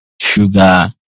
sugar